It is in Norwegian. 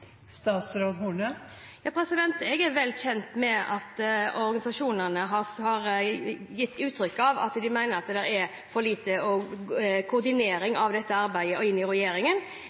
er vel kjent med at organisasjonene har gitt uttrykk for at de mener at det er for lite koordinering av dette arbeidet